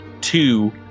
two